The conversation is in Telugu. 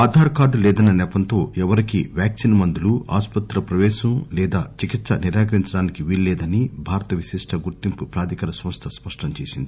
ఆధార్ కార్డు లేదన్న నెపంతో ఎవరికీ వ్యాక్సిస్ మందులు ఆసుపత్రిలో ప్రపేశం లేదా చికిత్స నిరాకరించడానికి వీలులేదని భారత విశిష్ట గుర్తింపు ప్రాధికార సంస్థ స్పష్టం చేసింది